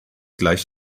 gleich